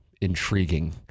intriguing